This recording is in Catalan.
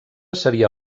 seria